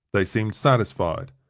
they seemed satisfied,